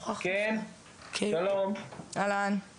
ובכלל, אני